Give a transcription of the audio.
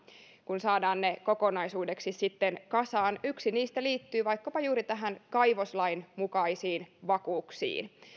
kun saadaan ne kokonaisuudeksi sitten kasaan yksi niistä liittyy vaikkapa juuri tämän kaivoslain mukaisiin vakuuksiin